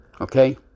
Okay